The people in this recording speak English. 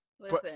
Listen